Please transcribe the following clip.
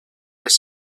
les